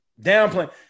downplaying